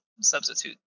substitute